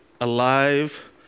alive